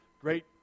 great